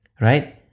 right